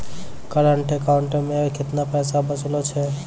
Current account मे केतना पैसा बचलो छै?